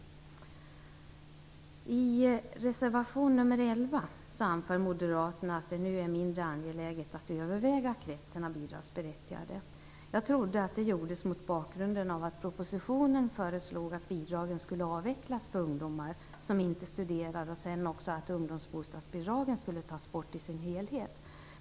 I reservation nr 11 anför Moderaterna att det nu är mindre angeläget att överväga kretsen av bidragsberättigade. Jag trodde att det gjordes mot bakgrund av att propositionen föreslår att bidragen skall avvecklas för ungdomar som inte studerar och att ungdomsbostadsbidragen skall tas bort i sin helhet.